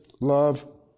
love